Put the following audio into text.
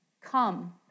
Come